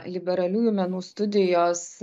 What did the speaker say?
liberaliųjų menų studijos